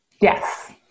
Yes